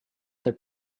their